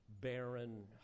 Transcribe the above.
barren